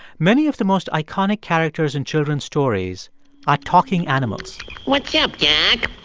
many of the most iconic characters in children's stories are talking animals what's yeah up, doc?